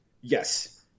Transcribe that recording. Yes